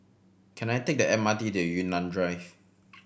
can I take the M R T to Yunnan Drive